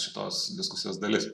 šitos diskusijos dalis